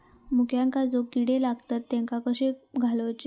मुळ्यांका जो किडे लागतात तेनका कशे घालवचे?